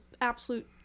absolute